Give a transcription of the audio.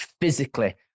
physically